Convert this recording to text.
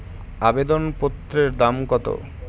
আবেদন পত্রের দাম কত?